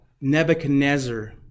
Nebuchadnezzar